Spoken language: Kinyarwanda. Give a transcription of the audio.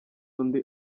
undi